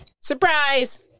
surprise